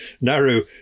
narrow